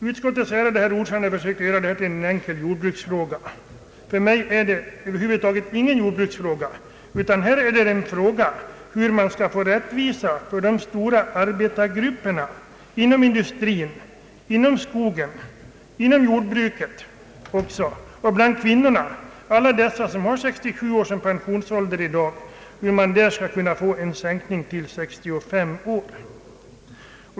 Utskottets ärade ordförande försökte göra detta ärende till en enkel jordbruksfråga. Så enkelt är det inte. Här är det fråga om hur man skall få rättvisa för de stora grupperna inom industrin, inom skogen, inom jordbruket och bland kvinnorna, för alla dem som har 67 år som pensionsålder, och få till stånd en sänkning till 65 år.